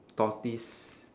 tortoise